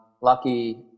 Lucky